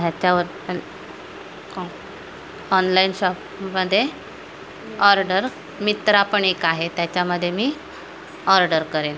ह्याच्यावर न on online शॉपमध्ये ऑर्डर मित्रा पण एक आहे त्याच्यामध्ये मी ऑर्डर करेन